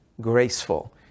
graceful